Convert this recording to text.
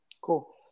Cool